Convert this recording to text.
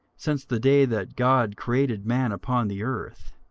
since the day that god created man upon the earth,